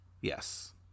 Yes